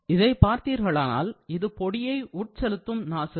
இதை பார்த்தீர்களானால் இது பொடியை உட்செலுத்தும் நாசில்